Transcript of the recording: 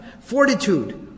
fortitude